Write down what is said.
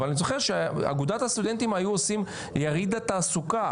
אבל אני זוכר שאגודת הסטודנטים היו עושים יריד התעסוקה.